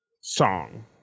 song